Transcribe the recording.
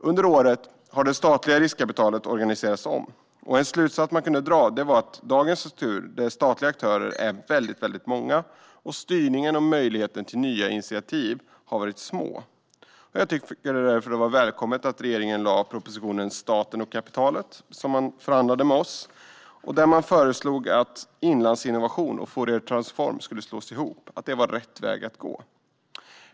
Under året har det statliga riskkapitalet organiserats om. En slutsats man kan dra är att med den tidigare strukturen har de statliga aktörerna varit väldigt många och att möjligheterna till styrning och nya initiativ har varit små. Jag tycker därför att det var välkommet att regeringen lade fram propositionen Staten och kapitalet , som man förhandlade fram med oss, där man sa att en sammanslagning av Inlandsinnovation och Fouriertransform var rätt väg att gå.